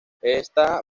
está